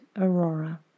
Aurora